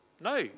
No